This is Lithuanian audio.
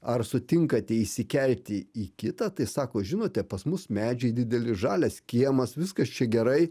ar sutinkate įsikelti į kitą tai sako žinote pas mus medžiai dideli žalias kiemas viskas čia gerai